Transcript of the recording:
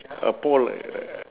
a pole